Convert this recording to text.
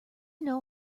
know